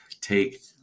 Take